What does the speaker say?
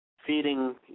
Feeding